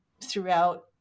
throughout